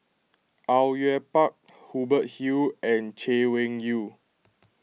Au Yue Pak Hubert Hill and Chay Weng Yew